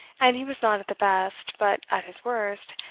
and he was not at the best, but at his worst,